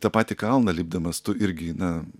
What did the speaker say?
tą patį kalną lipdamas tu irgi na